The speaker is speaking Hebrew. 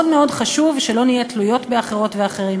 מאוד מאוד חשוב שלא נהיה תלויות באחרות ואחרים